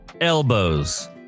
elbows